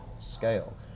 scale